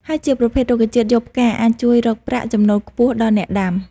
ហើយជាប្រភេទរុក្ខជាតិយកផ្កាអាចជួយរកប្រាក់ ចំណូលខ្ពស់ដល់ អ្នកដាំ។